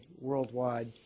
worldwide